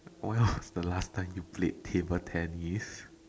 when was the last time you played table-tennis